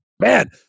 man